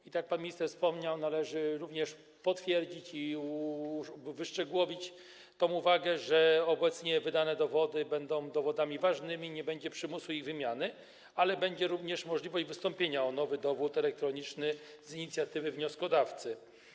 I tak jak pan minister wspomniał, należy również potwierdzić i wyszczególnić tę uwagę, że obecnie wydane dowody będą dowodami ważnymi, nie będzie przymusu ich wymiany, ale będzie również możliwość wystąpienia o nowy dowód elektroniczny z inicjatywy wnioskodawcy.